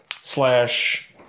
slash